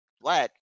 Black